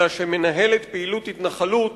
אלא מנהלת פעילות התנחלות